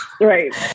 Right